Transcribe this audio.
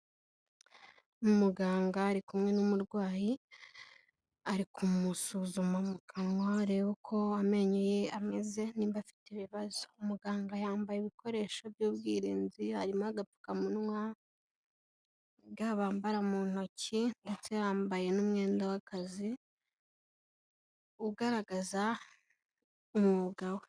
Umuganga ari kumwe n'umurwayi ari kumusuzuma mu kanwa, areba uko amenyo ye ameze niba afite ibibazo. Muganga yambaye ibikoresho by'ubwirinzi, harimo agapfukamunwa, ga bambara mu ntoki, ndetse yambaye n'umwenda w'akazi, ugaragaza umwuga we.